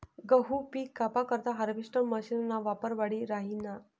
गहूनं पिक कापा करता हार्वेस्टर मशीनना वापर वाढी राहिना